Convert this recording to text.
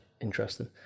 interesting